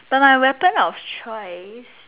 but my weapon of choice